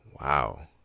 Wow